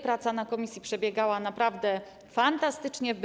Praca w komisji przebiegała naprawdę fantastycznie.